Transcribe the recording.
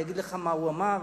אני אגיד לך מה הוא אמר,